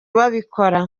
babikora